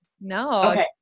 No